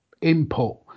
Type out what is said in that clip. input